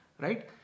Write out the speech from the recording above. right